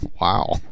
Wow